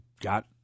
got